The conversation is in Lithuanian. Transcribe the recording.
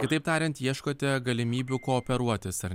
kitaip tariant ieškote galimybių kooperuotis ar